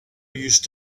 used